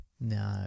No